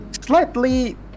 slightly